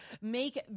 make